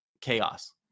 chaos